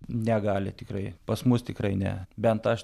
negali tikrai pas mus tikrai ne bent aš